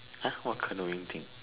!huh! what canoeing thing